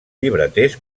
llibreters